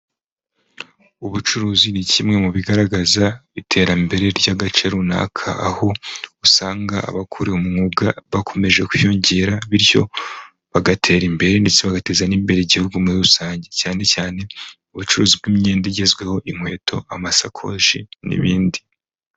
Ubucuruzi ni kimwe mu bigaragaza iterambere ry'agace runaka aho usanga abakora umwuga bakomeje kwiyongera, bityo bagatera imbere ndetse bagateza n'imbere igihugu muri rusange cyane cyane ubucuruzi bw'imyenda igezweho, inkweto, amasakoshi, n'ibindi.